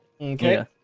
Okay